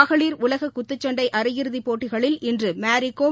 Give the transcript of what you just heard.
மகளிர் உலககுத்துச்சண்டைஅரை இறுதிப் போட்டிகளில் இன்றுமேரிகோம்